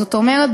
זאת אומרת,